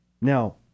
Now